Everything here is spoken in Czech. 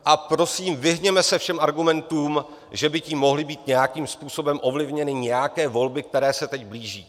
A prosím, vyhněme se všem argumentům, že by tím mohly být nějakým způsobem ovlivněny nějaké volby, které se teď blíží.